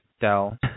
Dell